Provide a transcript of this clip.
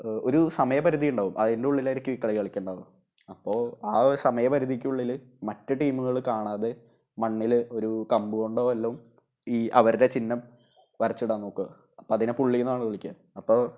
ഒരു സമയപരിധിയുണ്ടാവും അതിൻ്റെ ഉള്ളിലായിരിക്കും ഈ കളി കളിക്കേണ്ടത് അപ്പോള് ആ ഒരു സമയപരിധിക്കുള്ളില് മറ്റു ടീമുകൾ കാണാതെ മണ്ണില് ഒരു കമ്പ് കൊണ്ടോ വല്ലോം ഈ അവരുടെ ചിഹ്നം വരച്ചിടാൻ നോക്കും അപ്പോള് അതിനെ പുള്ളി എന്നാണ് വിളിക്കുക അപ്പോള്